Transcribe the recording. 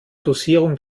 dosierung